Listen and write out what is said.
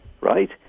right